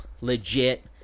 legit